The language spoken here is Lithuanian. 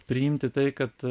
priimti tai kad